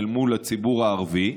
אל מול הציבור הערבי.